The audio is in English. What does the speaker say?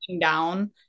down